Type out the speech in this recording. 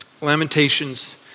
Lamentations